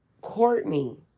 Courtney